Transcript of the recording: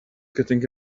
getting